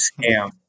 scam